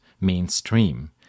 mainstream